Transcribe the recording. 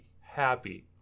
happy